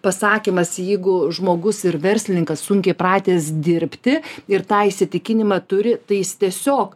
pasakymas jeigu žmogus ir verslininkas sunkiai pratęs dirbti ir tą įsitikinimą turi tai jis tiesiog